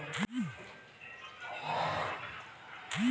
प्रमाणित चेक के बाउंस नाइ कइल जा सकत बाटे